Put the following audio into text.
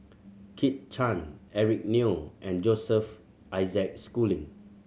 Kit Chan Eric Neo and Joseph Isaac Schooling